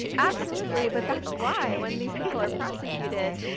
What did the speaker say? absolutely, but that's why, when these people are prosecuted,